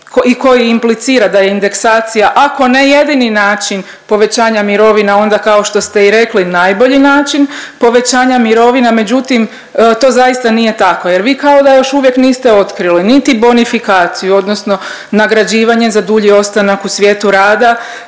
i koji implicira da je indeksacija ako ne jedini način povećanja mirovina onda kao što ste i rekli najbolji način povećanja mirovina, međutim to zaista nije tako jer vi kao da još uvijek niste otkrili niti bonifikaciju odnosno nagrađivanje za dulji ostanak u svijetu rada,